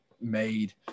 made